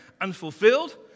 unfulfilled